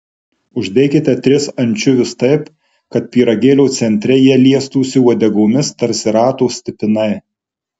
uždėkite tris ančiuvius taip kad pyragėlio centre jie liestųsi uodegomis tarsi rato stipinai